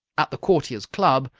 at the courtiers' club,